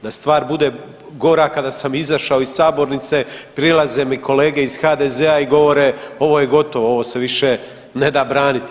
Da stvar bude gora, kada sam izašao iz sabornice prilaze mi kolege iz HDZ-a govore ovo je gotovo, ovo se više ne da braniti.